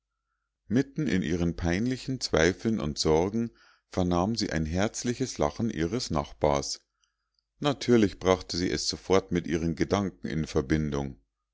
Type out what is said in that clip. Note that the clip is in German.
mitten in ihren peinlichen zweifeln und sorgen vernahm sie ein herzliches lachen ihres nachbars natürlich brachte sie es sofort mit ihren gedanken in verbindung